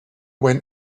when